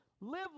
Live